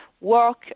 work